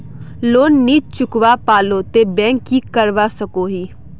Loan नी चुकवा पालो ते बैंक की करवा सकोहो?